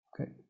Okay